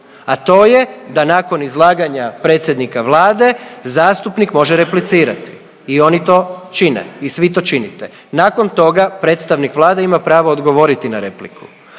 a to je da nakon izlaganja predsjednika Vlade zastupnik može replicirati i oni to čine. I svi to činite. Nakon toga predstavnik Vlade ima pravo odgovoriti na repliku,